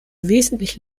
wesentlich